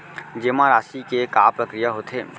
जेमा राशि के का प्रक्रिया होथे?